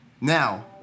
Now